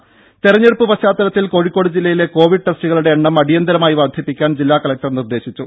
ദേദ തെരഞ്ഞെടുപ്പ് പശ്ചാത്തലത്തിൽ കോഴിക്കോട് ജില്ലയിലെ കോവിഡ് ടെസ്റ്റുകളുടെ എണ്ണം അടിയന്തരമായി വർധിപ്പിക്കാൻ ജില്ല കലക്ടർ നിർദേശിച്ചു